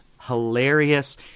hilarious